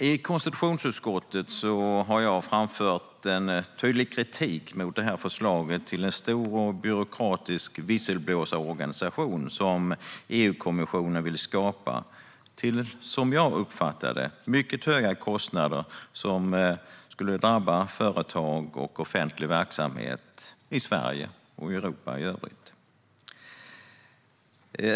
I konstitutionsutskottet har jag framfört en tydlig kritik mot det här förslaget till en stor och byråkratisk visselblåsarorganisation som EU-kommissionen vill skapa till, som jag uppfattar det, mycket höga kostnader som skulle drabba företag och offentlig verksamhet i Sverige och Europa i övrigt.